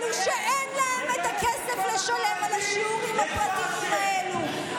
אלו שאין להם את הכסף לשלם על השיעורים הפרטיים האלו,